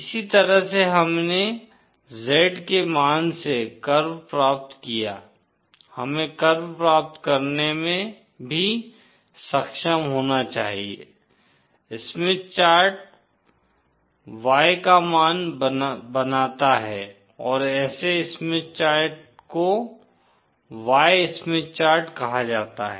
इसी तरह से हमने Z के मान से कर्व प्राप्त किया हमें कर्व प्राप्त करने में भी सक्षम होना चाहिए स्मिथ चार्ट Y का मान बनाता है और ऐसे स्मिथ चार्ट को Y स्मिथ चार्ट कहा जाता है